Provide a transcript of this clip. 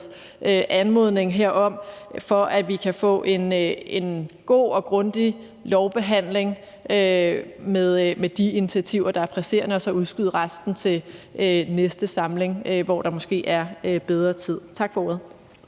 anmodning herom, så vi kan få en god og grundig lovbehandling med de initiativer, der er presserende, og så udskyde resten til næste samling, hvor der måske er bedre tid. Tak for ordet.